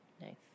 Nice